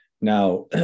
Now